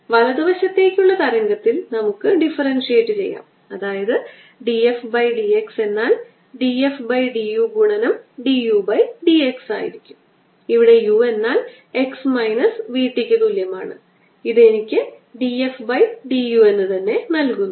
കൂടാതെ വെക്റ്ററുകൾക്ക് അതിന്റെ റേഡിയൽ ദിശയിലുള്ളതിനാൽ എനിക്ക് E vector r 1 vector rho over 2 epsilon 0 ന് യ്ക്ക് തുല്യമായി എഴുതാം